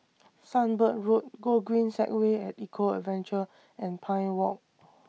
Sunbird Road Gogreen Segway At Eco Adventure and Pine Walk